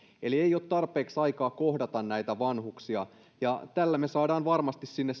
eli ei ole tarpeeksi aikaa kohdata vanhuksia ja tällä me saamme varmasti sinne